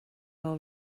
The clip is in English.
all